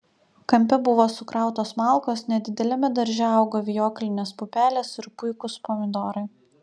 kampe buvo sukrautos malkos nedideliame darže augo vijoklinės pupelės ir puikūs pomidorai